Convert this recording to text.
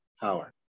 power